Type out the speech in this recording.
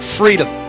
freedom